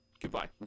goodbye